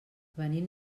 venim